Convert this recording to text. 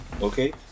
Okay